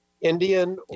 indian